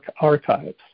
archives